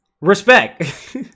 Respect